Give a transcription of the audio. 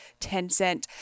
Tencent